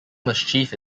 mischief